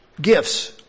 gifts